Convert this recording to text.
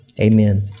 Amen